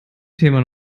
thema